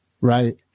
Right